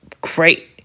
Great